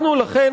לכן,